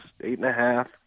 eight-and-a-half